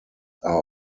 are